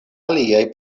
aliaj